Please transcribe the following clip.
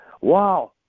Wow